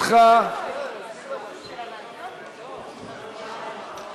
חבר הכנסת רזבוזוב, עשר דקות לרשותך.